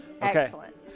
Excellent